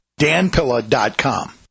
danpilla.com